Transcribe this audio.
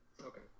okay